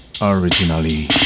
originally